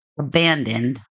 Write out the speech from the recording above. abandoned